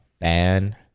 fan